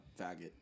faggot